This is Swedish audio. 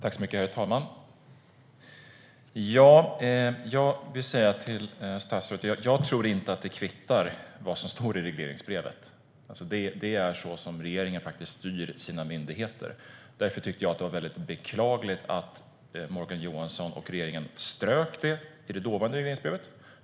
Herr talman! Jag tror inte att det kvittar vad som står i regleringsbrevet. Det är så regeringen styr sina myndigheter. Därför tyckte jag att det var beklagligt att Morgan Johansson och regeringen strök detta i det dåvarande regleringsbrevet.